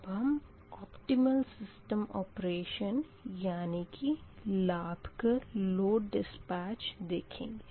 अब हम optimal system operation यानी कि लाभकर इकनॉमिक economic लोड डिस्पैच देखेंगे